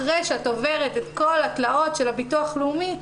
אחרי שאת עוברת את כל התלאות של הביטוח הלאומי,